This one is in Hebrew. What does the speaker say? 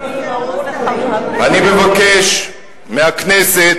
אני מבקש מהכנסת,